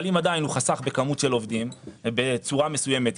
אם עדיין הוא חסך במספר עובדים בצורה מסוימת,